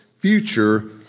future